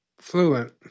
fluent